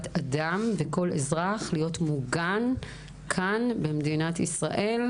בת אדם ואזרח להיות מוגן במדינת ישראל,